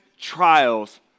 trials